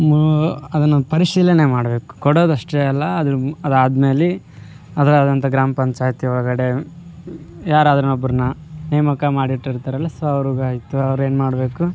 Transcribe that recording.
ಮೂ ಅದನ್ನು ಪರಿಶೀಲನೆ ಮಾಡಬೇಕು ಕೊಡೋದಷ್ಟೇ ಅಲ್ಲ ಅದರ ಅದಾದ್ಮೇಲೆ ಅದರ ಆದಂತಹ ಗ್ರಾಮ ಪಂಚಾಯಿತಿ ಒಳಗಡೆ ಯಾರಾದ್ರುಒಬ್ರನ್ನ ನೇಮಕ ಮಾಡಿಟ್ಟಿರ್ತಾರಲ್ಲ ಸೊ ಅವ್ರುಗೆ ಆಯ್ತು ಅವರು ಏನು ಮಾಡಬೇಕು